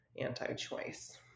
anti-choice